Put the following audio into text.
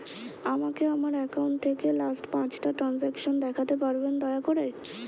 আমাকে আমার অ্যাকাউন্ট থেকে লাস্ট পাঁচটা ট্রানজেকশন দেখাতে পারবেন দয়া করে